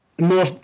More